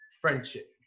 friendship